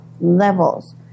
levels